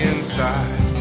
Inside